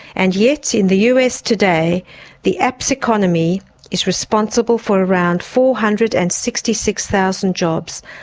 and yet in the us today the apps economy is responsible for around four hundred and sixty six thousand jobs,